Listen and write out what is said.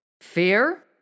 Fear